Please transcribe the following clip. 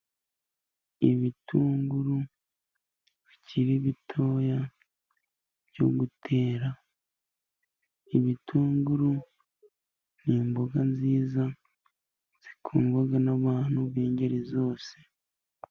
Ibitunguru bikiri bitoya byo gutera. Ibitunguru ni imboga nziza zikundwa n'abantu b'ingeri zose.